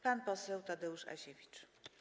Pan poseł Tadeusz Aziewicz.